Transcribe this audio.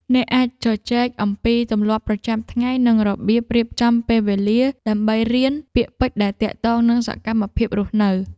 អ្នកអាចជជែកអំពីទម្លាប់ប្រចាំថ្ងៃ និងរបៀបរៀបចំពេលវេលា ដើម្បីរៀនពាក្យពេចន៍ដែលទាក់ទងនឹងសកម្មភាពរស់នៅ។